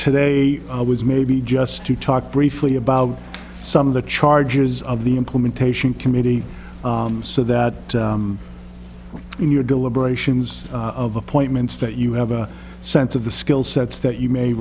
today i was maybe just to talk briefly about some of the charges of the implementation committee so that in your deliberations of appointments that you have a sense of the skill sets that you may